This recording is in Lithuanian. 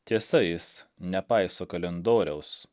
tiesa jis nepaiso kalendoriaus